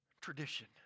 tradition